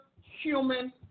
human